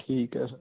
ਠੀਕ ਹੈ ਸਰ